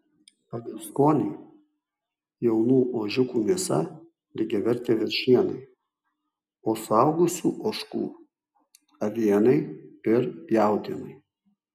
pagal skonį jaunų ožiukų mėsa lygiavertė veršienai o suaugusių ožkų avienai ir jautienai